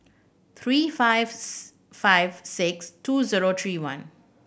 three fifth five six two zero three one